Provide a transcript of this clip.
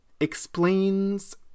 explains